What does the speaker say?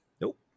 Nope